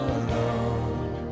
alone